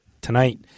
tonight